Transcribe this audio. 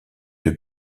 deux